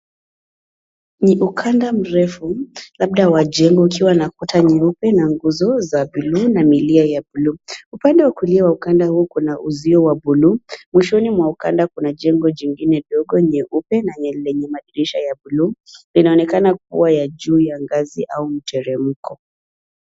Ni ukanda mrefu labda wa jengo ukiwa na ukuta nyeupe na nguzo za bluu na milia ya bluu. Upande wa kulia wa ukanda huu kuna uzio wa bluu mwishoni mwa ukanda kuna jengo jingine ndogo nyeupe na lenye madirisha ya bluu linaonekana kuwa ya juu ya ngazi au mteremko.